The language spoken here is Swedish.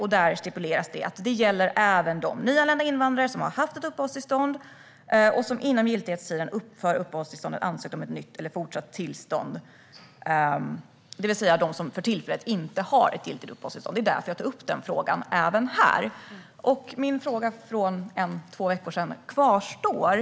Här stipuleras att det även gäller de nyanlända invandrare som har haft ett uppehållstillstånd och som inom giltighetstiden för uppehållstillståndet ansökt om ett nytt eller fortsatt tillstånd, det vill säga de som för tillfället inte har ett giltigt uppehållstillstånd. Det är därför jag tar upp denna fråga även här. Min fråga från för någon vecka sedan kvarstår.